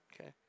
Okay